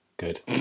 Good